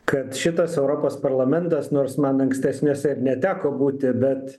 kad šitas europos parlamentas nors man ankstesniuose ir neteko būti bet